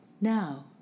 Now